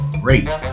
great